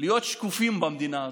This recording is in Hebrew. להיות שקופים במדינה הזו,